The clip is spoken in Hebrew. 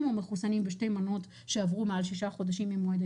ראינו וריאנטים אחרים שהיו אופייניים בתקופות מסויימות במהלך